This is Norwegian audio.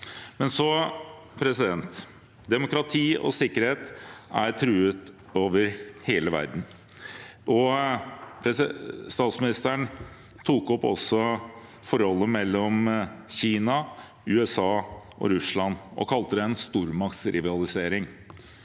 – innen 2030. Demokrati og sikkerhet er truet over hele verden. Statsministeren tok opp forholdet mellom Kina, USA og Russland og kalte det en stormaktsrivalisering.